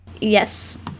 Yes